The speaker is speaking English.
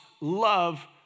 love